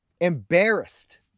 embarrassed